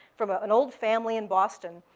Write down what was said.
from an old family in boston.